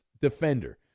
defender